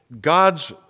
God's